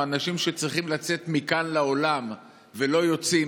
או אנשים שצריכים לצאת מכאן לעולם ולא יוצאים